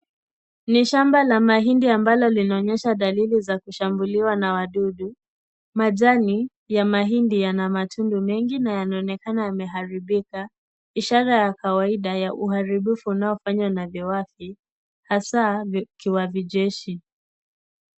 Ni shamba la mahindi ambalo linaonyesha dalili ya kushambuliwa na wadudu, majani ya mahindi yana machungu mengi na yanaonekana yameharibika, ishara ya kawaida ya uharibifu unaofanywa na viwavi hasaa kiwavi jeshi.